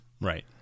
Right